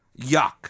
yuck